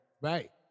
right